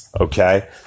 Okay